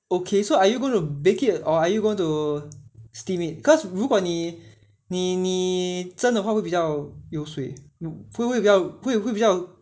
okay so are you going to bake it or are you going to steam it cause 如果你你你蒸的话会比较有水会比较会会比较